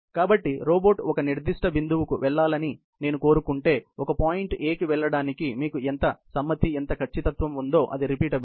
కాబట్టి రోబోట్ ఒక నిర్దిష్ట బిందువుకు వెళ్లాలని నేను కోరుకుంటే ఒక పాయింట్ A కి వెళ్లడానికి మీకు ఎంత సమ్మతి ఎంత ఖచ్చితత్వం ఉందో ఆది రిపీటబిలిటీ